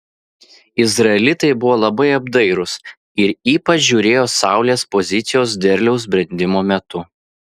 izraelitai buvo labai apdairūs ir ypač žiūrėjo saulės pozicijos derliaus brendimo metu